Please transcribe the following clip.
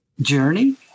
journey